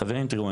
חברים תראו,